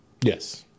Yes